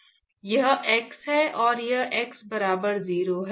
यह x है और यह x बराबर 0 है